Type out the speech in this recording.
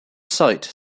site